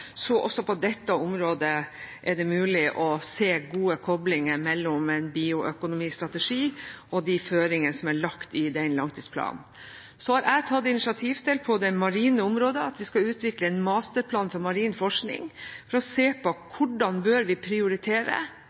så også på dette området er det mulig å se gode koblinger mellom en bioøkonomistrategi og de føringene som er lagt i den langtidsplanen. Så har jeg på det marine området tatt initiativ til at vi skal utvikle en masterplan for marin forskning for å se på hvordan vi bør prioritere